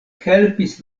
helpis